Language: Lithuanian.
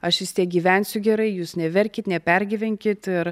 aš vistiek gyvensiu gerai jūs neverkit nepergyvenkit ir